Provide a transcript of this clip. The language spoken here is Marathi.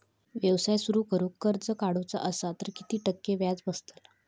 व्यवसाय सुरु करूक कर्ज काढूचा असा तर किती टक्के व्याज बसतला?